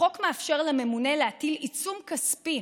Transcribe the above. החוק מאפשר לממונה להטיל עיצום כספי